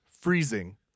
freezing